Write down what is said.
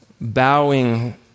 bowing